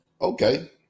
Okay